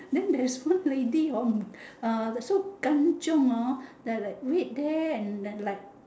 then there's one lady hor uh so kanchiong hor that like wait there and and like